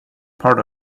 part